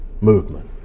movement